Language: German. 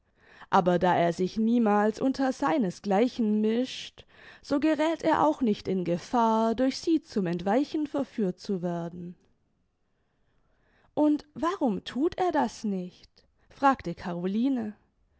aber da er sich niemals unter seines gleichen mischt so geräth er auch nicht in gefahr durch sie zum entweichen verführt zu werden und warum thut er das nicht fragte caroline